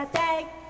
take